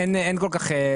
אין כל כך.